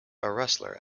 wrestler